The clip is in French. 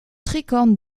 tricorne